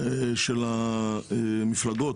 המפלגות,